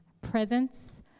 presence